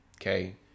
Okay